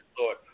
Lord